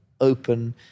open